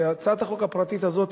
והצעת החוק הפרטית הזאת